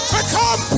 Become